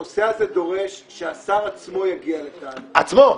הנושא הזה דורש שהשר עצמו יגיע לכאן -- בעצמו?